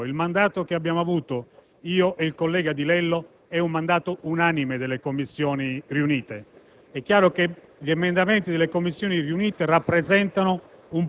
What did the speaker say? e presentiamo un provvedimento largamente condiviso. Il mandato che abbiamo avuto io e il collega Di Lello è un mandato unanime delle Commissioni riunite.